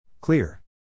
Clear